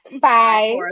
Bye